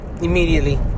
Immediately